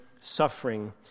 suffering